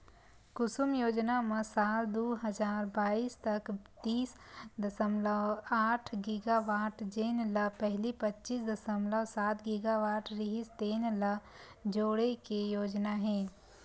कुसुम योजना म साल दू हजार बाइस तक तीस दसमलव आठ गीगावाट जेन ल पहिली पच्चीस दसमलव सात गीगावाट रिहिस तेन ल जोड़े के योजना हे